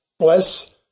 Bless